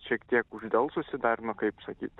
šiek tiek uždelsusi dar nu kaip sakyt